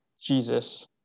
Jesus